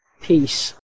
peace